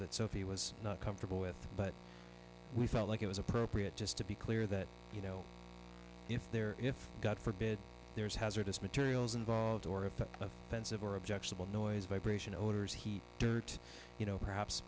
that sophie was not comfortable with but we felt like it was appropriate just to be clear that you know if there if god forbid there's hazardous materials involved or if a pensive or objectionable noise vibration odors heat dirt you know perhaps